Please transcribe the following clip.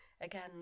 again